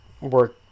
work